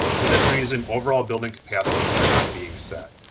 for this reason, overall building capacities are not being set.